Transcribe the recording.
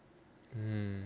mm